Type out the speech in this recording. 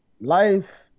Life